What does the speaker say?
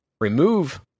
remove